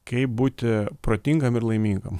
kaip būti protingam ir laimingam